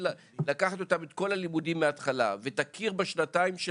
לקחת את כל הלימודים מהתחלה ותכיר בשנתיים,